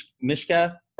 Mishka